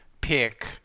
pick